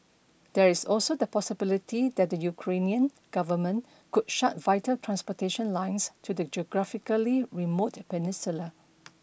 there is also the possibility that the Ukrainian government could shut vital transportation lines to the geographically remote peninsula